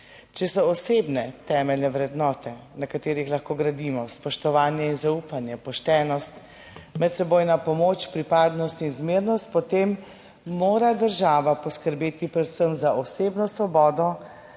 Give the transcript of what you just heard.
Če so osebne temeljne vrednote, na katerih lahko gradimo: spoštovanje, zaupanje, poštenost. Medsebojna pomoč, pripadnost in zmernost, potem mora država poskrbeti predvsem za osebno svobodo,